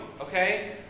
okay